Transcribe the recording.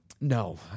No